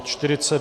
40.